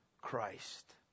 Christ